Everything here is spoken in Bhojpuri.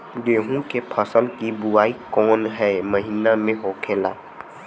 गेहूँ के फसल की बुवाई कौन हैं महीना में होखेला?